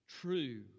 true